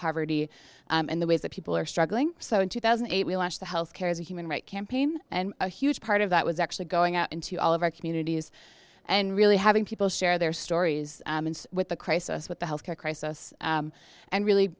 poverty and the ways that people are struggling so in two thousand and eight we launched the health care is a human right campaign and a huge part of that was actually going out into all of our communities and really having people share their stories with the crisis with the health care crisis and really